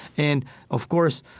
and of course,